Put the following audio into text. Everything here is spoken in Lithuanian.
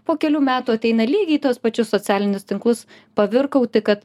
po kelių metų ateina lygiai į tuos pačius socialinius tinklus pavirkauti kad